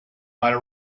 might